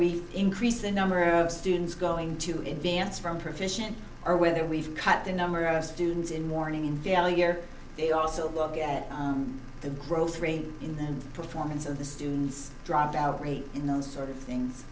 we increase the number of students going to advance from proficiency or whether we've cut the number of students in mourning in failure they also look at the growth rate in the performance of the students dropout rate in those sort of things